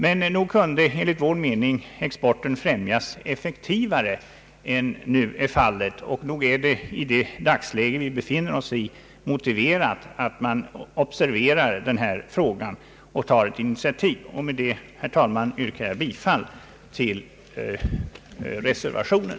Men nog kunde enligt vår mening exporten främjas effektivare än nu är fallet, och nog är det i dagens läge motiverat att man observerar denna fråga och tar ett initiativ. Med dessa ord, herr talman, yrkar jag bifall till reservationen.